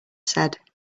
said